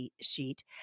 sheet